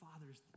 Father's